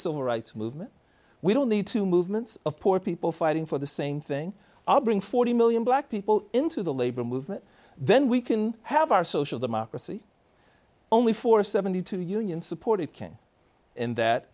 civil rights movement we don't need to movements of poor people fighting for the same thing i'll bring forty million black people into the labor movement then we can have our social democracy only for seventy two dollars union supported king and that